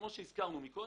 כמו שהזכרנו מקודם,